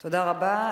תודה רבה.